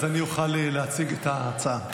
אז אני אוכל להציג את ההצעה.